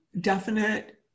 definite